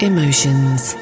Emotions